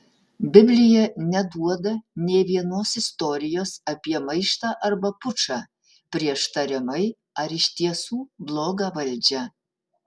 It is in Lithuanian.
biblija neduoda nė vienos istorijos apie maištą arba pučą prieš tariamai ar iš tiesų blogą valdžią